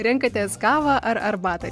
renkatės kavą ar arbatą